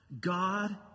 God